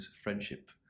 friendship